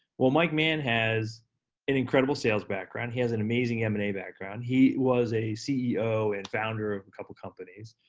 well mike mann has an incredible sales background. he has an amazing m and a background. he was a ceo and founder of a couple companies,